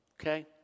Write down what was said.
okay